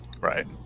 Right